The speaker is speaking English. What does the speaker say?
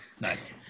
nice